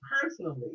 personally